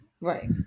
Right